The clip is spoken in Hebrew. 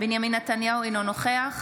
בנימין נתניהו, אינו נוכח